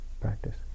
practice